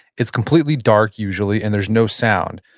it's completely dark usually, and there's no sound.